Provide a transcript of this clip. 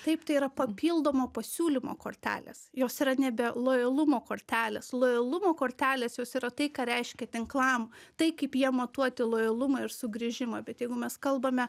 taip tai yra papildomo pasiūlymo kortelės jos yra nebe lojalumo kortelės lojalumo kortelės jos yra tai ką reiškia tinklam taip kaip jie matuoti lojalumą ir sugrįžimą bet jeigu mes kalbame